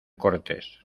cortés